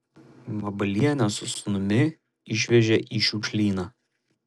vabalienę su sūnumi išvežė į šiukšlyną